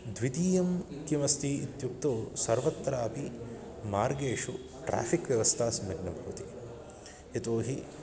द्वितीयं किमस्ति इत्युक्तौ सर्वत्रापि मार्गेषु ट्राफ़िक् व्यवस्था सम्यक् न भवति यतो हि